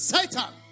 Satan